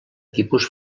tipus